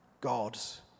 God's